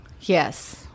yes